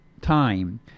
time